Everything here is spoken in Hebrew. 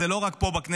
זה לא רק פה בכנסת,